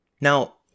Now